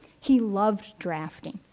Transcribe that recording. he loved drafting.